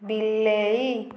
ବିଲେଇ